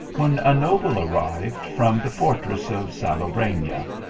when a noble arrived from the fortress of salobrefia,